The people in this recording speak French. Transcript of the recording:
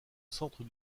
centre